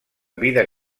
vida